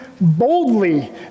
boldly